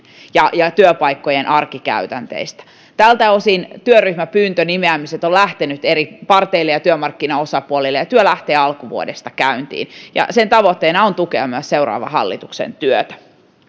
ja ja työpaikkojen arkikäytänteistä tältä osin työryhmänimeämispyynnöt ovat lähteneet eri parteille ja työmarkkinaosapuolille ja työ lähtee alkuvuodesta käyntiin sen tavoitteena on tukea myös seuraavan hallituksen työtä